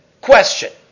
Question